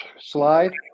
slide